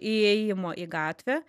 įėjimo į gatvę